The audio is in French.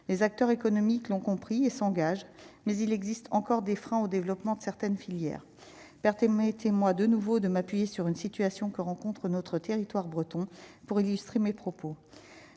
les acteurs économiques l'ont compris et s'engage, mais il existe encore des freins au développement de certaines filières personne été-moi de nouveau de m'appuyer sur une situation que rencontre notre territoire breton pour illustrer mes propos